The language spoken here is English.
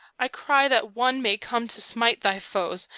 i cry that one may come to smite thy foes,